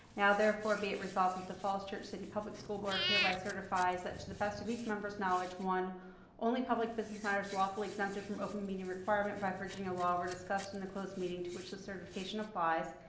now therefore be it resolved that the falls church city public school board hereby certifies that to the best of each member's knowledge one only public business matters lawfully exempted from open meeting requirement by virginia law were discussed in the closed meeting to which this certification applies,